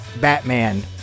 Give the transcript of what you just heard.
Batman